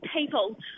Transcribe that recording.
people